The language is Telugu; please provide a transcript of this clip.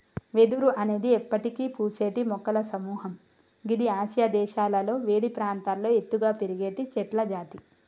వెదురు అనేది ఎప్పటికి పూసేటి మొక్కల సముహము గిది ఆసియా దేశాలలో వేడి ప్రాంతాల్లో ఎత్తుగా పెరిగేటి చెట్లజాతి